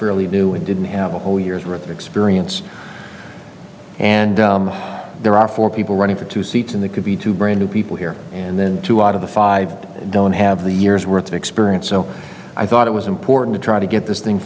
fairly do we didn't have a whole year's worth of experience and there are four people running for two seats and they could be two brand new people here and then two out of the five don't have the years worth of experience so i thought it was important to try to get this thing